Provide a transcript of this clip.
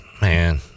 man